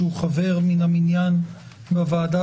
שהוא חבר מן המניין בוועדה,